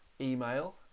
email